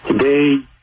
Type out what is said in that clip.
Today